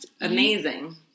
Amazing